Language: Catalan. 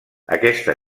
aquesta